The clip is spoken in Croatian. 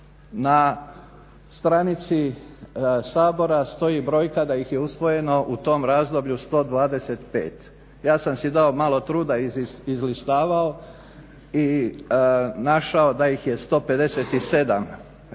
Na stranici Sabora stoji brojka da ih je usvojeno u tom razdoblju 125. Ja sam si dao malo truda, izlistavao i našao da ih je 157 europskih